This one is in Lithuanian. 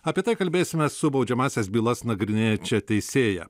apie tai kalbėsimės su baudžiamąsias bylas nagrinėjančia teisėja